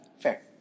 Fair